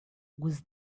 was